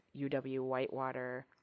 UW-Whitewater